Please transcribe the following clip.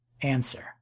Answer